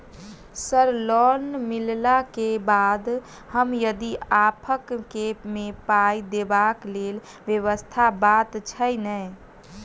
Sir loan मिलला केँ बाद हम यदि ऑफक केँ मे पाई देबाक लैल व्यवस्था बात छैय नै?